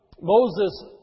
Moses